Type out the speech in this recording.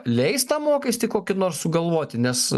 leis tą mokestį kokį nors sugalvoti nes